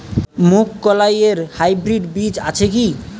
মুগকলাই এর হাইব্রিড বীজ আছে কি?